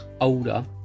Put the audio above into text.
older